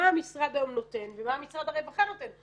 מה המשרד היום נותן ומה משרד הרווחה נותן,